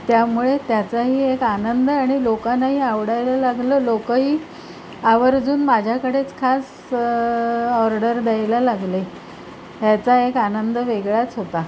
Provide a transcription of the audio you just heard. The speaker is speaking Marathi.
त्यामुळे त्याचाही एक आनंद आणि लोकांनाही आवडायला लागलं लोकंही आवर्जून माझ्याकडेच खास ऑर्डर द्यायला लागले ह्याचा एक आनंद वेगळाच होता